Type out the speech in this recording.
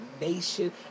nation